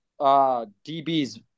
DB's